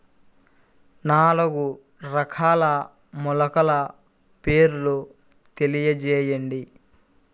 నాలుగు రకాల మొలకల పేర్లు తెలియజేయండి?